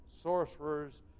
sorcerers